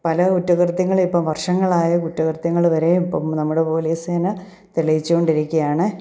പല കുറ്റകൃത്യങ്ങളിപ്പം വർഷങ്ങളായ കുറ്റകൃത്യങ്ങൾ വരെയും ഇപ്പം നമ്മുടെ പോലീസ് സേന തെളിയിച്ചു കൊണ്ടിരിക്കുകയാണ്